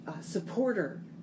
supporter